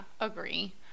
agree